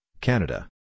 Canada